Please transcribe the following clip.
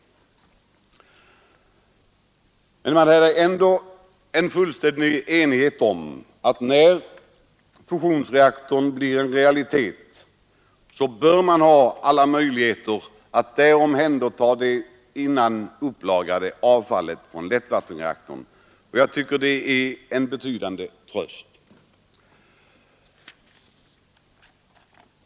Det rådde emellertid fullständig enighet om att när fusionsreaktorn blir en realitet bör man ha alla möjligheter att där omhänderta det upplagrade avfallet från lättvattensreaktorn, och jag tycker att det är en betydande tröst.